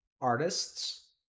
artists